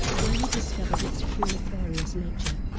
when he discovered its true nefarious nature.